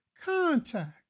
contact